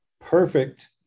perfect